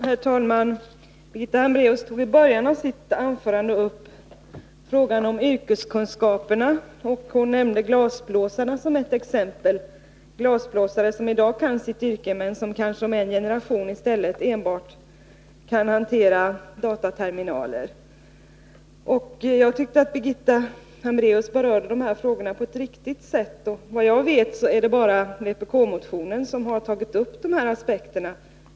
Herr talman! Birgitta Hambraeus tog i början av sitt anförande upp frågan om yrkeskunskaperna, och hon nämnde glasblåsarna som ett exempel. Glasblåsarna kan i dag sitt yrke, men om en generation kanske de enbart kan hantera dataterminaler. Jag tycker att Birgitta Hambraeus berörde dessa frågor på ett riktigt sätt. Såvitt jag vet är det bara i vpk-motionen som dessa aspekter har tagits upp.